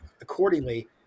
accordingly